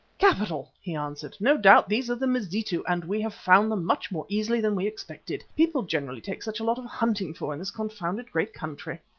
capital! he answered. no doubt these are the mazitu, and we have found them much more easily than we expected. people generally take such a lot of hunting for in this confounded great country.